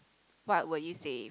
what would you save